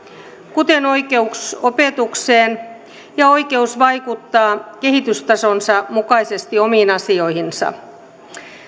kuten oikeus opetukseen ja oikeus vaikuttaa kehitystasonsa mukaisesti omiin asioihinsa